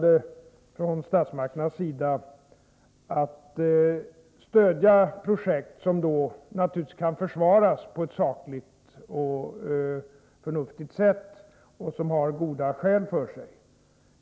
Vi är från statsmakternas sida intresserade av att stödja sådana projekt som kan försvaras på ett sakligt och förnuftigt sätt och som det föreligger goda skäl för.